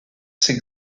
ses